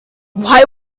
why